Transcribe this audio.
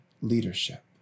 leadership